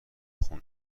خون